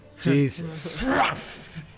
Jesus